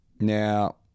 Now